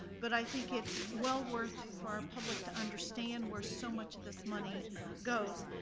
but i think it's well worth for our public to understand where so much of this money goes.